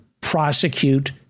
prosecute